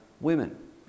women